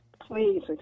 please